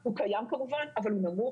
הוא קיים כמובן אבל הוא נמוך.